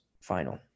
final